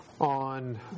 on